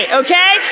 okay